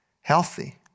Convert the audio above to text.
healthy